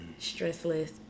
stressless